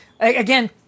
Again